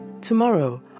Tomorrow